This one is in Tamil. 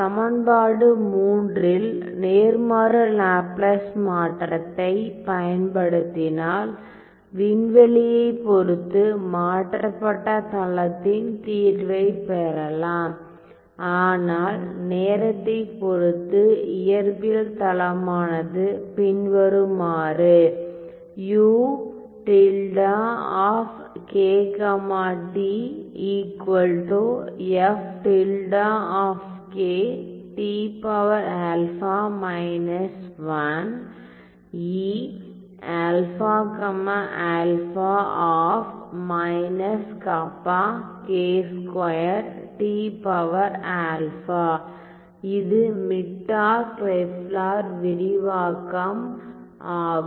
சமன்பாடு III இல் நேர்மாறு லாப்லாஸ் மாற்றத்தைப் பயன்படுத்தினால் விண்வெளியைப் பொறுத்து மாற்றப்பட்ட தளத்தின் தீர்வைப் பெறலாம் ஆனால் நேரத்தைப் பொறுத்து இயற்பியல் தளமானது பின்வருமாறு இது மிட்டாக் லெஃப்லர் விரிவாக்கம் ஆகும்